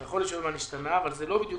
אתה יכול לשאול מה נשתנה אבל זה לא בדיוק